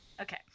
Okay